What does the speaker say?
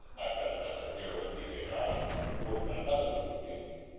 my predecessor here was pj darlington, who worked on another group of beetles.